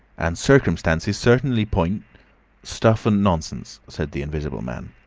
and circumstances certainly point stuff and nonsense! said the invisible man.